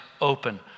open